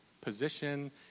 position